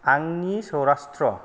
आंनि सौरास्ट्र'